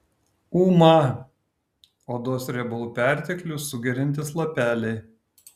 uma odos riebalų perteklių sugeriantys lapeliai